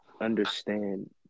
understand